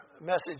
message